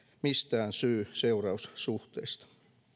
mistään syy seuraus suhteesta